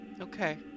Okay